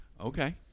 okay